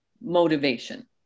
motivation